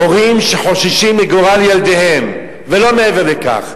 הורים שחוששים לגורל ילדיהם ולא מעבר לכך.